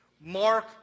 Mark